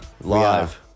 live